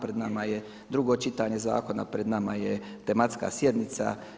Pred nama je drugo čitanje zakona, pred nama je tematska sjednica.